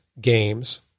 games